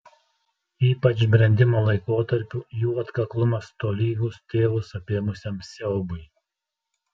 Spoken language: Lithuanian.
ypač brendimo laikotarpiu jų atkaklumas tolygus tėvus apėmusiam siaubui